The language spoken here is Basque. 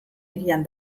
hirian